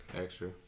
extra